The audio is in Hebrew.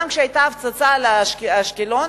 גם כשהיתה הפצצה על אשקלון